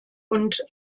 und